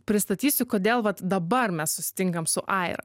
pristatysiu kodėl vat dabar mes susitinkam su aira